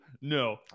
No